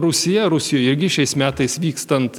rusiją rusijoj irgi šiais metais vykstant